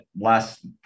last